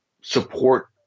support